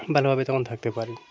ভালোভাবে তখন থাকতে পারি ড